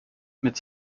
mit